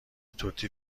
توتی